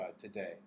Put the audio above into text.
today